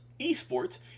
esports